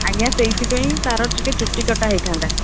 ଆଜ୍ଞା ସେଇଥିପାଇଁ ତା'ର ଟିକିଏ ଚୁଟି କଟା ହେଇଥାନ୍ତା